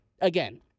again